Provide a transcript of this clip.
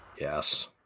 Yes